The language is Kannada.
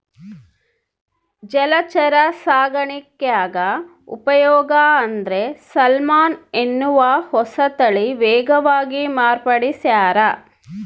ಜಲಚರ ಸಾಕಾಣಿಕ್ಯಾಗ ಉಪಯೋಗ ಅಂದ್ರೆ ಸಾಲ್ಮನ್ ಎನ್ನುವ ಹೊಸತಳಿ ವೇಗವಾಗಿ ಮಾರ್ಪಡಿಸ್ಯಾರ